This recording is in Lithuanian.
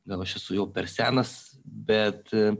gal aš esu jau per senas bet